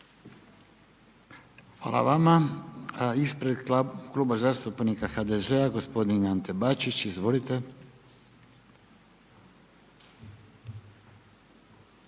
Hvala vama. Ispred Kluba zastupnika HDZ-a gospodin Ante Bačić, izvolite.